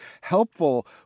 helpful